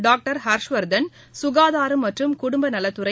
doctor Harshvardhan சுனதாரம் மற்றும் குடும்பநலத்துறை